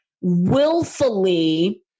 willfully